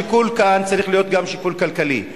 השיקול כאן צריך להיות גם שיקול כלכלי,